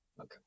Okay